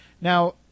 Now